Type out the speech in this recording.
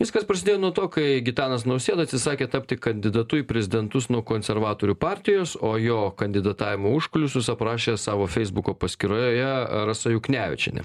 viskas prasidėjo nuo to kai gitanas nausėda atsisakė tapti kandidatu į prezidentus nuo konservatorių partijos o jo kandidatavimo užkulisius aprašė savo feisbuko paskyroje rasa juknevičienė